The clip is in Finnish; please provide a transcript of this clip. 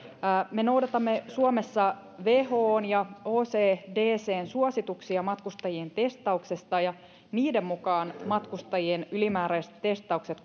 me noudatamme suomessa whon ja ecdcn suosituksia matkustajien testauksesta ja niiden mukaan matkustajien ylimääräiset testaukset